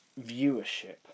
viewership